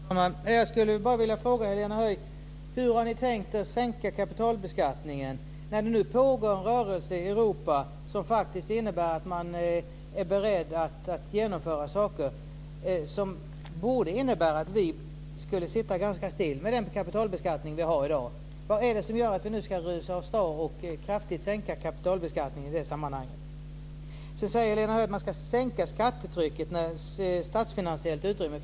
Fru talman! Jag skulle bara vilja fråga Helena Höij: Hur har ni tänkt er sänka kapitalbeskattningen? Det pågår nu en rörelse i Europa där man är beredd att genomföra saker som borde innebära att vi kan sitta ganska stilla med den kapitalbeskattning vi har i dag. Vad är det som gör att vi nu ska rusa åstad och kraftigt sänka kapitalbeskattningen? Sedan säger Helena Höij att man ska sänka skattetrycket när det finns ett statsfinansiellt utrymme.